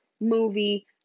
movie